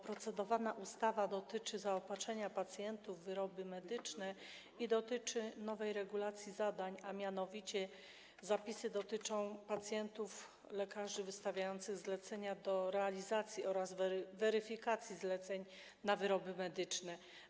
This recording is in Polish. Procedowana ustawa dotyczy zaopatrzenia pacjentów w wyroby medyczne i nowej regulacji zadań, a mianowicie zapisy dotyczą pacjentów, lekarzy wystawiających zlecenia do realizacji oraz weryfikacji zleceń na wyroby medyczne.